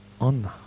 On